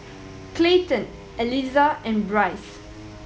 Clayton Eliza and Bryce